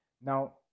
now